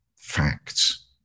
facts